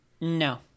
No